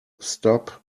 stop